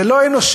זה לא אנושי,